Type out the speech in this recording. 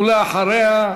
ואחריה,